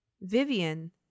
Vivian